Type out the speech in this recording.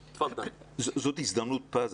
זאת הזדמנות פז.